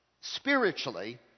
spiritually